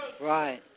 Right